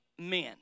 men